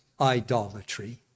idolatry